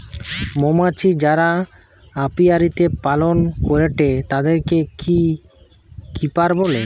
মৌমাছি যারা অপিয়ারীতে পালন করেটে তাদিরকে বী কিপার বলে